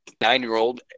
nine-year-old